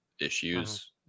issues